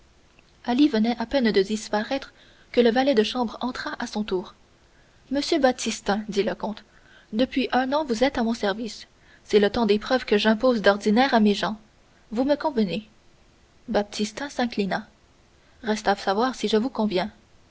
venait à peine de disparaître que le valet de chambre entra à son tour monsieur baptistin dit le comte depuis un an vous êtes à mon service c'est le temps d'épreuve que j'impose d'ordinaire à mes gens vous me convenez baptistin s'inclina reste à savoir si je vous conviens